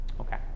Okay